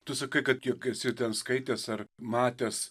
tu sakai kad jog esi ten skaitęs ar matęs